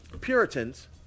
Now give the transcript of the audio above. Puritans